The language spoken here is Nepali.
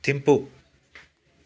थिम्पू